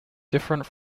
different